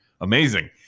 amazing